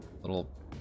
little